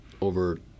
over